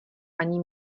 ani